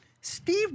Steve